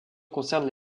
concernent